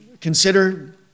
consider